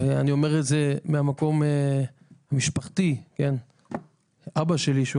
אני אומר את זה ממקום אישי כי אבא שלי,